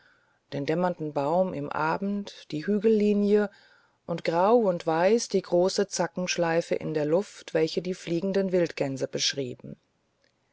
den dämmernden baum im abend die hügellinie und grau und weiß die große zackenschleife in der luft welche die fliegenden wildgänse beschreiben